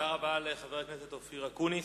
תודה רבה לחבר הכנסת אופיר אקוניס.